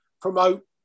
promote